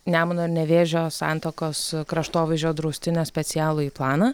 nemuno ir nevėžio santakos kraštovaizdžio draustinio specialųjį planą